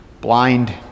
Blind